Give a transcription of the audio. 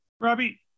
Robbie